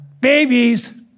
Babies